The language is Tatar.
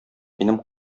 минем